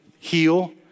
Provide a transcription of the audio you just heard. heal